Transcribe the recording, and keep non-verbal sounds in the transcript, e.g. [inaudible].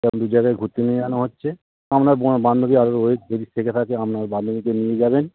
[unintelligible] দু জায়গায় ঘুরতে নিয়ে যাওয়ানো হচ্ছে আপনার ব বান্ধবী আসবে বলে যদি থেকে থাকে আপনার বান্ধবীকে নিয়ে যাবেন